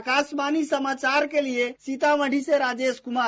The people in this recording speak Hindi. आकाशवाणी समाचार के लिए सीतामढ़ी से राजेश कुमार